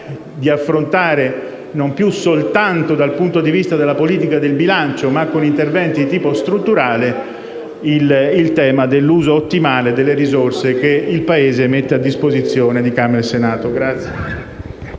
di affrontare non più soltanto dal punto di vista della politica del bilancio, ma con interventi di tipo strutturale il tema dell'uso ottimale delle risorse che il Paese mette a disposizione di Camera e Senato.